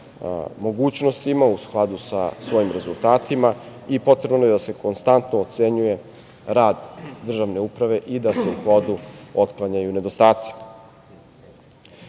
mogućnostima, u skladu sa svojim rezultatima i potrebno je da se konstantno ocenjuje rad državne uprave i da se u hodu otklanjaju nedostaci. Reforma